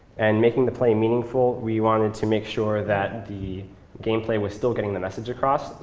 and making the play meaningful. we wanted to make sure that the game play was still getting the message across,